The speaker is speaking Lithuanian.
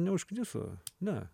neužkniso ne